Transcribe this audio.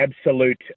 absolute